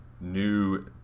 new